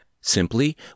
Simply